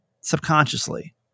subconsciously